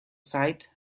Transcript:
sight